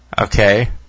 Okay